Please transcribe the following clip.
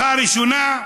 מערכה ראשונה,